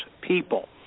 people